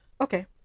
Okay